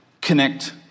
connect